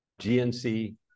GNC